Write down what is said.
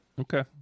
Okay